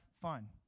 fun